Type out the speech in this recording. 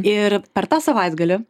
ir per tą savaitgalį